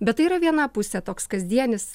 bet tai yra viena pusė toks kasdienis